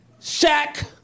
Shaq